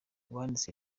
uwanditse